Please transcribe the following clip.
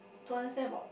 to understand about